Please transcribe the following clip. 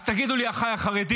אז תגידו לי, אחיי החרדים,